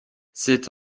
c’est